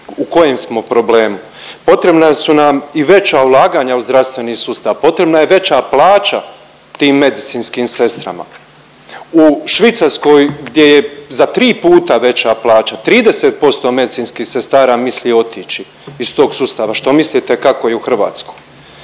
u kojem smo problemu. Potrebna su nam i veća ulaganja u zdravstveni sustav, potrebna je veća plaća tim medicinskim sestrama. U Švicarskoj gdje je za tri puta veća plaća, 30% medicinskih sestara misli otići iz tog sustava, što mislite kako je u Hrvatskoj.